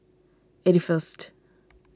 eighty first